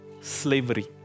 slavery